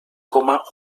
coma